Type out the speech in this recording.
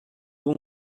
bon